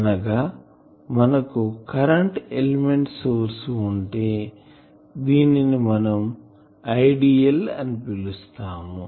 అనగా మనకు current element source ఉంటే దీనిని మనం Idl అని పిలుస్తాము